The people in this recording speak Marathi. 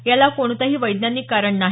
याला कोणतेही वैज्ञानिक कारण नाही